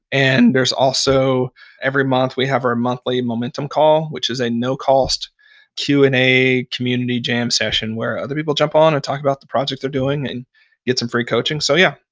and there's also every month, we have our monthly momentum call, which is a no-cost q and a community jam session where other people jump on and talk about the projects they're doing and get some free coaching. so yeah,